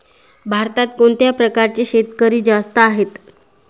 भारतात कोणत्या प्रकारचे शेतकरी जास्त आहेत?